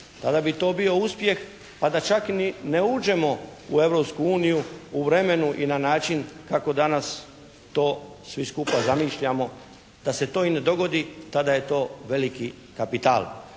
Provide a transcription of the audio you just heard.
Kada bi to bio uspjeh, pa da čak i ne uđemo u Europsku uniju u vremenu i na način kako danas to svi skupa zamišljamo, da se to i ne dogodi, tada je to veliki kapital.